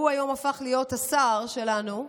שהוא היום הפך להיות השר שלנו,